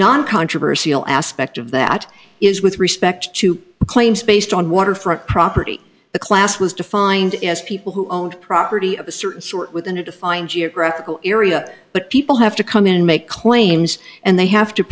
non controversial aspect of that is with respect to claims based on waterfront property the class was defined as people who owned property of a certain sort within a defined geographical area but people have to come in and make claims and they have to